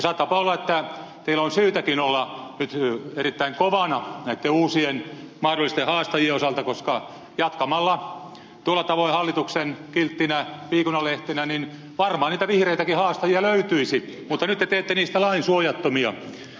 saattaapa olla että teillä on syytäkin olla nyt erittäin kovana näitten uusien mahdollisten haastajien osalta koska jos jatkatte tuolla tavoin hallituksen kilttinä viikunanlehtenä varmaan niitä vihreitäkin haastajia löytyisi mutta nyt te teette heistä lainsuojattomia